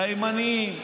לימנים,